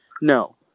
no